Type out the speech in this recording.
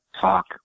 talk